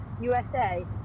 USA